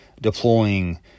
deploying